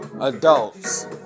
adults